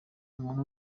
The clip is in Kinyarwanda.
umuntu